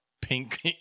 Pink